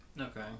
Okay